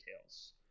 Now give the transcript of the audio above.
details